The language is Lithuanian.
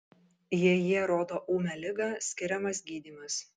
jei jie rodo ūmią ligą skiriamas gydymas